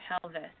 pelvis